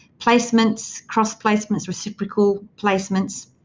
placements, cross-placements, reciprocal placements,